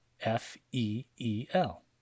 F-E-E-L